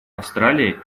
австралия